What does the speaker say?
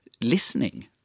listening